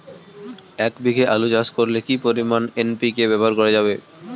এক বিঘে আলু চাষ করলে কি পরিমাণ এন.পি.কে ব্যবহার করা যাবে?